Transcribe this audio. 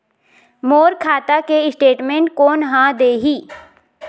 मोर खाता के स्टेटमेंट कोन ह देही?